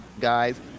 guys